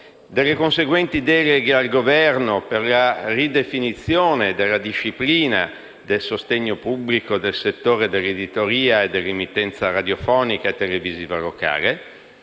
delle conseguenti deleghe al Governo per la ridefinizione della disciplina del sostegno pubblico per il settore dell'editoria e dell'emittenza radiofonica e televisiva locale,